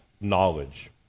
knowledge